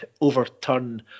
overturn